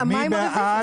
מי בעד